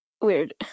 Weird